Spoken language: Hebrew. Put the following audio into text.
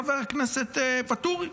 חבר הכנסת ואטורי?